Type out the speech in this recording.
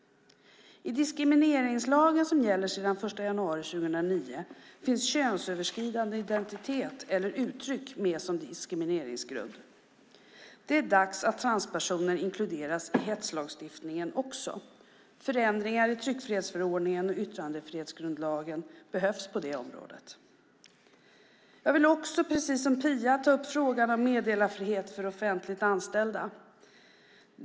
I diskrimineringslagen som gäller sedan den 1 januari 2009 finns könsöverskridande identitet eller uttryck med som diskrimineringsgrund. Det är dags att transpersoner inkluderas av hetslagstiftningen. Förändringar i tryckfrihetsförordningen och yttrandefrihetsgrundlagen behövs på det området. Jag vill precis som Phia ta upp frågan om meddelarfrihet för offentligt anställda.